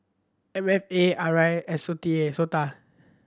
M F A R I and SOTA